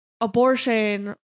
abortion